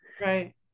right